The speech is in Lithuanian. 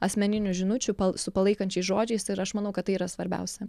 asmeninių žinučių su palaikančiais žodžiais ir aš manau kad tai yra svarbiausia